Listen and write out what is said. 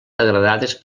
degradades